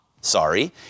sorry